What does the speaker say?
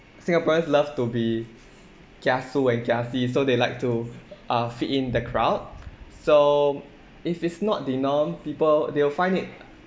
singaporeans love to be kiasu and kiasi so they like to uh fit in the crowd so if it's not the norm people they will find it